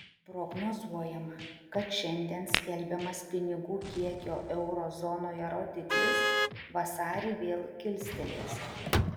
prognozuojama kad šiandien skelbiamas pinigų kiekio euro zonoje rodiklis vasarį vėl kilstelės